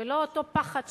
ולא אותו פחד שהנה,